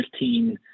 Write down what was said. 15